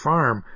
Farm